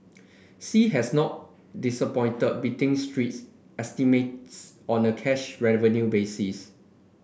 sea has not disappointed beating street estimates on a cash revenue basis